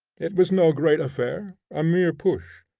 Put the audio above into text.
it was no great affair, a mere push,